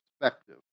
perspective